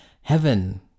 heaven